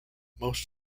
most